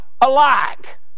alike